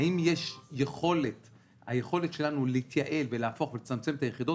האם יש יכולת להתייעל ולצמצם את היחידות?